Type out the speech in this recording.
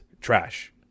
trash